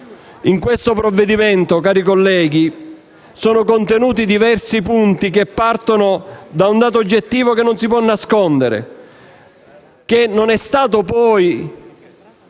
In questo provvedimento, cari colleghi, sono contenuti diversi punti che partono da un dato oggettivo che non si può nascondere e che non è stato